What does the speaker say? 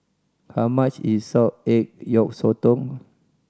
how much is salted egg yolk sotong